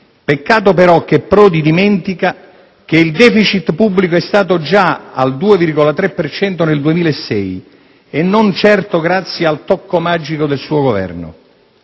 Peccato però che Prodi dimentica che il *deficit* pubblico è stato già al 2,3 per cento nel 2006, e non certo grazie al "tocco magico" del suo Governo.